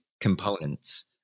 components